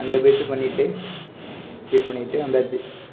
அங்கே போய்ட்டு பண்ணிட்டு சரி பண்ணிட்டு வந்தாச்சு